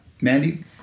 Mandy